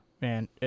man